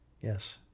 Yes